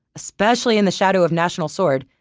especially in the shadow of national sword,